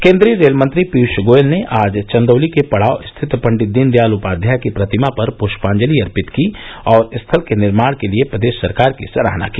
केन्द्रीय रेल मंत्री पीयूष गोयल ने आज चन्दौली के पड़ाव स्थित पंडित दीनदयाल उपाध्याय की प्रतिमा पर पुष्पांजलि अर्पित की और स्थल के निर्माण के लिये प्रदेश सरकार की सराहना की